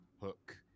hook